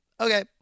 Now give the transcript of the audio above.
Okay